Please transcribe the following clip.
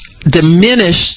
diminished